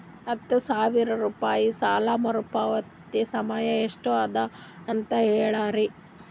ಹತ್ತು ಸಾವಿರ ರೂಪಾಯಿ ಸಾಲ ಮರುಪಾವತಿ ಸಮಯ ಎಷ್ಟ ಅದ ಅಂತ ಹೇಳರಿ?